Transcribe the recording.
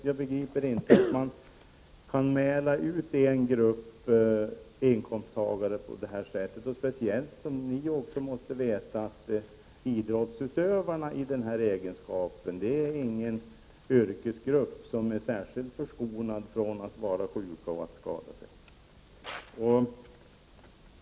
Jag begriper inte hur man kan mäla ut en grupp inkomsttagare på detta sätt, speciellt som även de borgerliga företrädarna måste veta att idrottsutövarna i denna egenskap inte är någon yrkesgrupp som är särskilt förskonad från att vara sjuk och att skada sig.